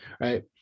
right